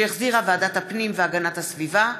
שהחזירה ועדת הפנים והגנת הסביבה,